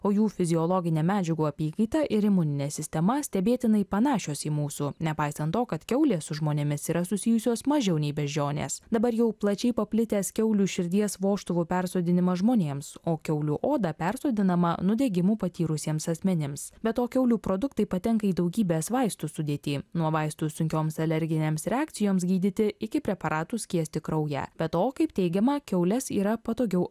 o jų fiziologinė medžiagų apykaita ir imuninė sistema stebėtinai panašios į mūsų nepaisant to kad kiaulė su žmonėmis yra susijusios mažiau nei beždžionės dabar jau plačiai paplitęs kiaulių širdies vožtuvų persodinimas žmonėms o kiaulių oda persodinama nudegimų patyrusiems asmenims be to kiaulių produktai patenka į daugybės vaistų sudėtį nuo vaistų sunkioms alerginėms reakcijoms gydyti iki preparatų skiesti kraują be to kaip teigiama kiaules yra patogiau